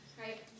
Right